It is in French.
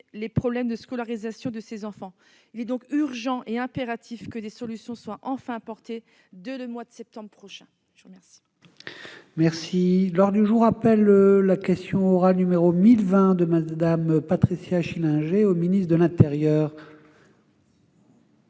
les problèmes de scolarisation de ces enfants, il est urgent et impératif que des solutions soient enfin apportées, et ce dès le mois de septembre prochain. La parole